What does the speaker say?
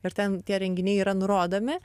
ir ten tie renginiai yra nurodomi